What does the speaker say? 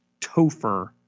Topher